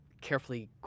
carefully